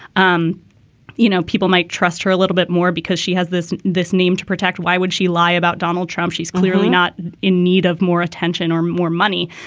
um you know, people might trust her a little bit more because she has this this name to protect. why would she lie about donald trump? she's clearly not in need of more attention or more money.